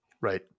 right